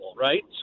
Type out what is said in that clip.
right